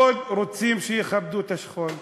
מאוד רוצים שיכבדו את השכול,